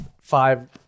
five